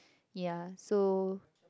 yeah so